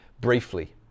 briefly